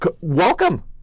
welcome